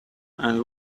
and